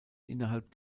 innerhalb